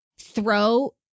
throw